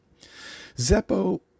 Zeppo